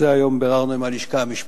את זה ביררנו היום עם הלשכה המשפטית,